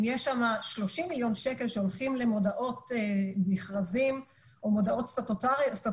אם יש שם 30 מיליון שקל שהולכים למודעות מכרזים או מודעות סטטוטוריות,